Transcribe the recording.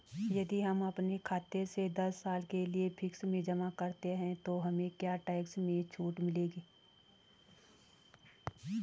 यदि हम अपने खाते से दस साल के लिए फिक्स में जमा करते हैं तो हमें क्या टैक्स में छूट मिलेगी?